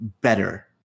better